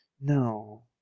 No